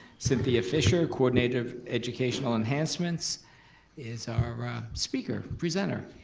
cynthia fischer, coordinator of educational enhancements is our ah speaker, presenter.